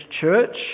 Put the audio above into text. church